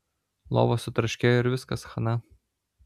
lova sutraškėjo ir viskas chana